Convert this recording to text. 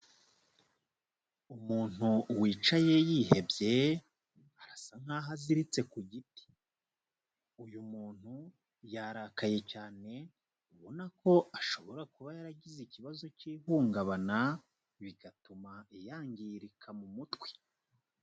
Umuntu wicaye yihebye, arasa nk'aho aziritse ku giti, uyu muntu yarakaye cyane, ubona ko ashobora kuba yaragize ikibazo cy'ihungabana, bigatuma yangirika mu mutwe.